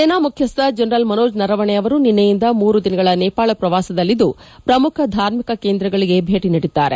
ಸೇನಾ ಮುಖ್ಯಸ್ಥ ಜನರಲ್ ಮನೋಜ್ ನರವಣೆ ಅವರು ನಿನ್ವೆಯಿಂದ ಮೂರು ದಿನಗಳ ನೇಪಾಳ ಪ್ರವಾಸದಲ್ಲಿದ್ದು ಪ್ರಮುಖ ಧಾರ್ಮಿಕ ಕೇಂದ್ರಗಳಿಗೆ ಭೇಟಿ ನೀಡಿದ್ದಾರೆ